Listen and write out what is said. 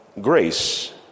grace